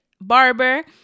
barber